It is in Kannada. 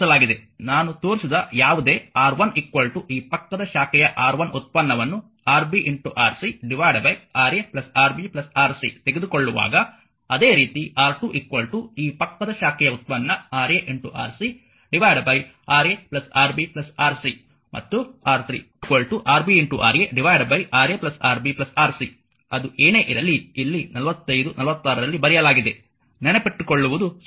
ನಾನು ತೋರಿಸಿದ ಯಾವುದೇ R1 ಈ ಪಕ್ಕದ ಶಾಖೆಯ R1 ಉತ್ಪನ್ನವನ್ನು Rb Rc RaRbRc ತೆಗೆದುಕೊಳ್ಳುವಾಗ ಅದೇ ರೀತಿ R 2 ಈ ಪಕ್ಕದ ಶಾಖೆಯ ಉತ್ಪನ್ನ Ra Rc Ra Rb Rc ಮತ್ತು R3 Rb Ra RaRb Rc ಅದು ಏನೇ ಇರಲಿ ಇಲ್ಲಿ 45 46 ರಲ್ಲಿ ಬರೆಯಲಾಗಿದೆ ನೆನಪಿಟ್ಟುಕೊಳ್ಳುವುದು ಸುಲಭ